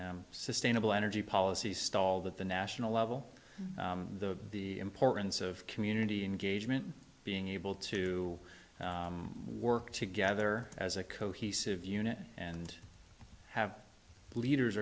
sustainable energy policies stall that the national level the importance of community engagement being able to work together as a cohesive unit and have leaders